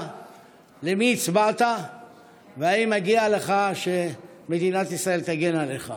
למי הצבעת ואם מגיע לך שמדינת ישראל תגן עליך.